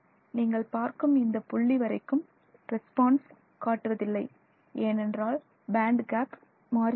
நீங்கள் பார்க்கும் இந்த புள்ளி வரைக்கும் ரெஸ்பான்ஸ் காட்டுவதில்லை ஏனென்றால் பேண்ட் கேப் மாறியுள்ளது